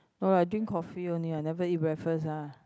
no I drink coffee only I never eat breakfast ah